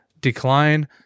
decline